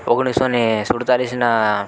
ઓગણીસસો ને સુડતાળીસનાં